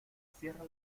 cierra